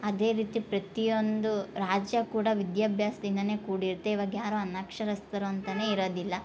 ಅದೇ ರೀತಿ ಪ್ರತಿಯೊಂದು ರಾಜ್ಯ ಕೂಡ ವಿದ್ಯಾಭ್ಯಾಸ್ದಿಂದನೆ ಕೂಡಿರತ್ತೆ ಇವಾಗ ಯಾರು ಅನಕ್ಷರಸ್ತರು ಅಂತನೇ ಇರದಿಲ್ಲ